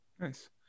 nice